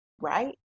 right